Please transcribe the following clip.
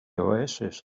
oasis